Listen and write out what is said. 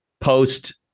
post